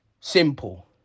Simple